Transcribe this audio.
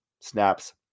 snaps